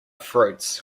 fruits